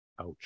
Ouch